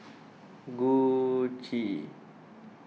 Gucci